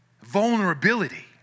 vulnerability